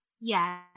Yes